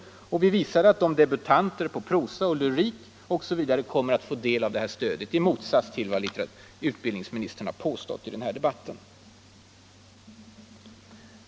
Vi visade att debutanter på prosa, lyriker osv. kommer i åtnjutande av detta stöd, i motsats till vad utbildningsministern har påstått i den här debatten.